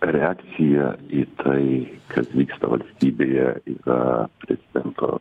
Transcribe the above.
reakcija į tai kas vyksta valstybėje yra prezidento